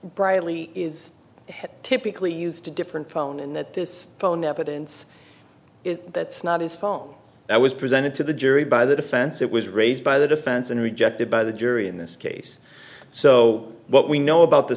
bradley is typically used to different phone and that this phone evidence is that's not his phone that was presented to the jury by the defense it was raised by the defense and rejected by the jury in this case so what we know about the